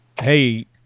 hey